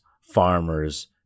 farmers